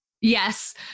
Yes